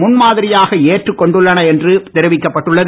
முன்மாதிரியாக ஏற்றுக் கொண்டுள்ளன என்று தெரிவிக்கப்பட்டுள்ளது